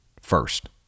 first